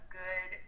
good